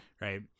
right